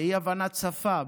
מאי-הבנת השפה,